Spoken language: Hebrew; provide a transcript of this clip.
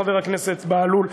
חבר הכנסת בהלול,